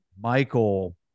Michael